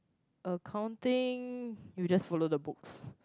accounting you just follow the books